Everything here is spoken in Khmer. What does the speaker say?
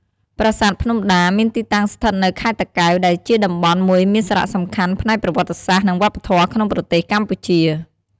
ប្រាសាទភ្នំដា មានទីតាំងស្ថិតនៅ ខេត្តតាកែវ ដែលជាតំបន់មួយមានសារៈសំខាន់ផ្នែកប្រវត្តិសាស្ត្រ និងវប្បធម៌ក្នុងប្រទេសកម្ពុជា។